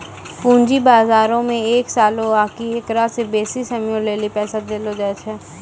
पूंजी बजारो मे एक सालो आकि एकरा से बेसी समयो लेली पैसा देलो जाय छै